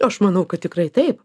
aš manau kad tikrai taip